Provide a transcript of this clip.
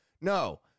No